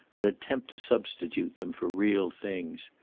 an attempt to substitute them for real things.